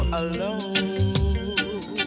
alone